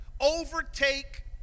overtake